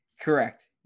Correct